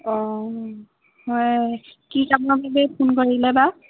অঁ হয় কি কামৰ বাবে ফোন কৰিলে বা